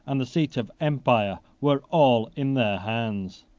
and the seat of empire, were all in their hands.